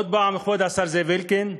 עוד פעם, כבוד השר זאב אלקין.